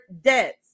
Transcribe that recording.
debts